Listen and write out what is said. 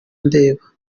ndeba